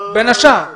בין השאר.